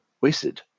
wasted